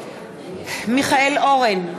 (קוראת בשמות חברי הכנסת) מיכאל אורן,